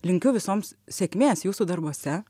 linkiu visoms sėkmės jūsų darbuose